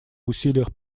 усилиях